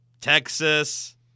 Texas